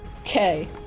okay